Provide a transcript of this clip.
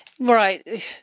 Right